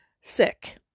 sick